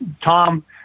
Tom